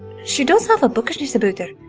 she does have a bookishness about her.